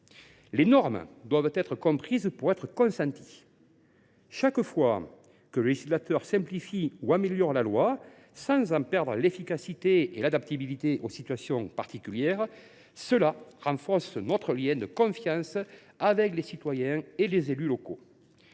Les normes doivent être comprises pour être consenties. Chaque fois que le législateur simplifie ou améliore la loi, sans qu’elle perde en efficacité et en adaptabilité aux situations particulières, cela renforce notre lien de confiance avec les citoyens et les élus locaux.